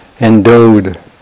endowed